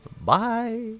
Bye